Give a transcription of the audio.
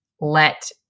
let